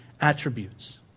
attributes